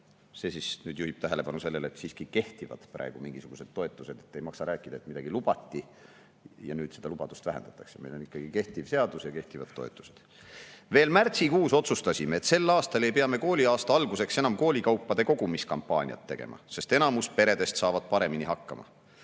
Siin juhitakse tähelepanu sellele, et siiski kehtivad praegu mingisugused toetused, et ei maksa rääkida, et midagi lubati ja nüüd seda lubadust vähendatakse. Meil on ikkagi kehtiv seadus ja kehtivad toetused. "Veel märtsikuus otsustasime, et sel aastal ei pea me kooliaasta alguseks enam koolikaupade kogumiskampaaniat tegema, sest enamus peredest saavad paremini hakkama.